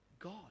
God